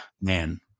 man